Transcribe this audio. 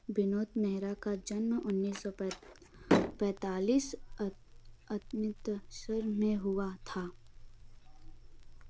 विनोद मेहरा का जन्म उन्नीस सौ पैंत पैंतालीस अमृतसर में हुआ था